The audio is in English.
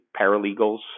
paralegals